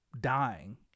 dying